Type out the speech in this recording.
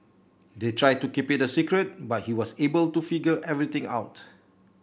they tried to keep it a secret but he was able to figure everything out